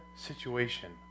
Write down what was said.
situation